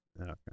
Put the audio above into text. Okay